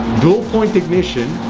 dual point ignition.